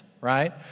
right